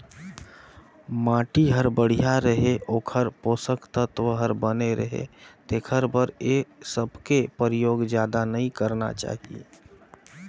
माटी हर बड़िया रहें, ओखर पोसक तत्व हर बने रहे तेखर बर ए सबके परयोग जादा नई करना चाही